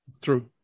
True